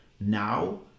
Now